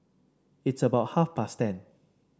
its about half past ten